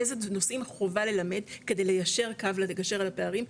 איזה נושאים חובה ללמד כדי לגשר על הפערים,